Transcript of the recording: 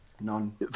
None